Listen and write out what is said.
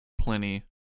plenty